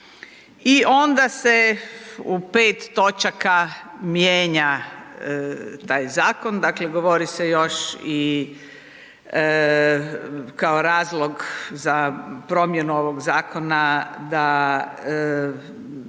i onda se u pet točaka mijenja taj zakon, dakle govori se još i kao razlog za promjenu ovog zakona da